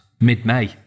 mid-May